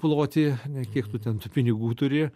ploti ne kiek tu ten tų pinigų turi